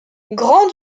grand